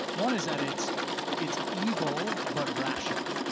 one is that it's it's evil, but rational,